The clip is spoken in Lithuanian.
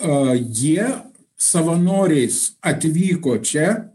o jie savanoriais atvyko čia